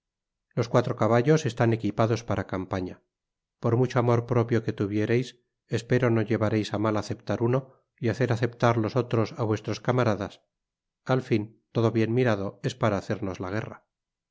los cuatro caballos están equipados para campana por mucho amor propio que tuviereis espero no llevareis á mal aceptar uno y hacer aceptar los otros á vuestros camaradas al fin todo bien mirado es para hacernos la guerra